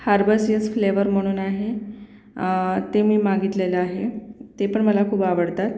herbaceous flavour म्हणून आहे ते मी मागितलेलं आहे ते पण मला खूप आवडतात